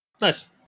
Nice